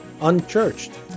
unchurched